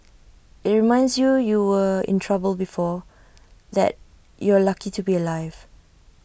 IT reminds you you were in trouble before that you're lucky to be alive